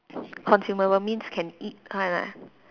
consumable means can eat one ah